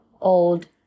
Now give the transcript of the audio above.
old